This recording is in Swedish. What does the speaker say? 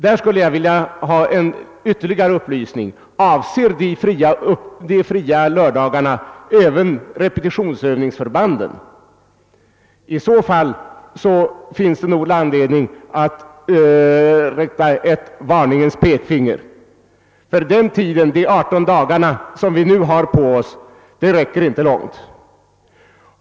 Jag skulle vilja ha en ytterligare upplysning: Skall de fria lördagarna även gälla för repetitionsövningsförbanden? I så fall finns det nog anledning att sätta upp ett varnande pekfinger. Den tid, 18 dagar, som vi nu har på oss räcker nämligen inte långt.